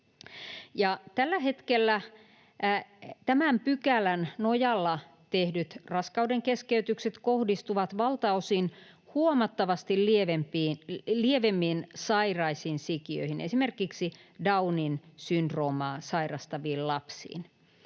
Tällä hetkellä tämän pykälän nojalla tehdyt raskaudenkeskeytykset kohdistuvat valtaosin huomattavasti lievemmin sairaisiin sikiöihin, esimerkiksi Downin syndroomaa sairastaviin lapsiin,